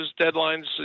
deadlines